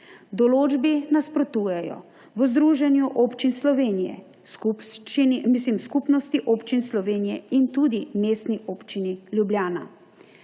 Določbi nasprotujejo v Združenju občin Slovenije, Skupnosti občin Slovenije in tudi Mestni občini Ljubljana.